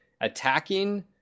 Attacking